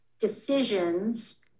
decisions